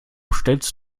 stellst